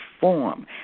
form